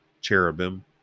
cherubim